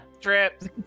Trips